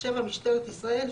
(7)משטרת ישראל,